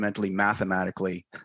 mathematically